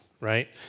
right